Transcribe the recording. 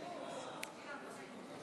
איפה יושב-ראש ועדת הכספים?